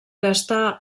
gastar